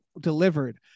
delivered